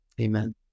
amen